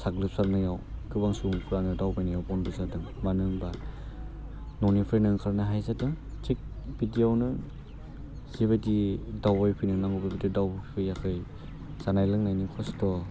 साग्लोबसारनायाव गोबां सुबुंफ्रानो दावबायनायाव बन्द' जादों मानो होनबा न'निफ्रायनो ओंखारनो हाया जादों थिग बिदियावनो जिबायदि दावबायफैनो नांगौमोन बेबायदि दावबायफैयाखै जानाय लोंनायनि खस्थ'